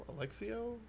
Alexio